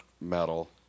Metal